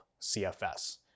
CFS